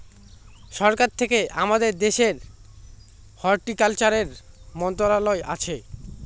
সরকার থেকে আমাদের দেশের হর্টিকালচারের মন্ত্রণালয় আছে